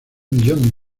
millón